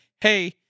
hey